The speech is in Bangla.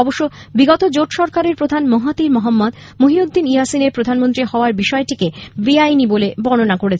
অবশ্য বিগত জোট সরকারের প্রধান মহাথির মহম্মদ মহিউদ্দীন ইয়াসিনের প্রধানমন্ত্রী হওয়ার বিষয়টিকে বেআইনী বলে বর্ণনা করেছেন